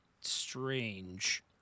strange